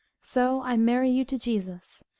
so i marry you to jesus